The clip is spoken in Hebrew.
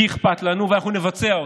כי אכפת לנו, ואנחנו נבצע אותה,